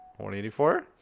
184